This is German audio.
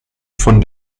von